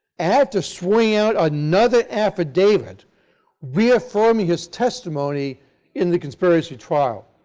after swearing out another affidavit reaffirming his testimony in the conspiracy trial.